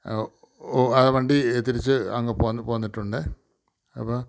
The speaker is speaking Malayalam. ഓ ആ വണ്ടി തിരിച്ച് അങ്ങ് പോന്ന് പോന്നിട്ടുണ്ട് അപ്പോൾ